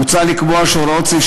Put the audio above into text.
מוצע לקבוע שהוראות סעיף